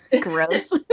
Gross